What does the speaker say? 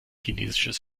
chinesisches